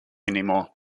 anymore